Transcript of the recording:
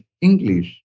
English